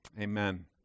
Amen